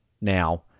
now